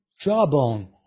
jawbone